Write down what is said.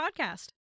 podcast